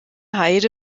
heide